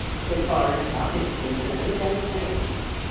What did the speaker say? so far as love is concerned, they are quits.